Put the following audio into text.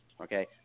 okay